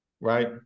right